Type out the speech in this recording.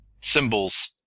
symbols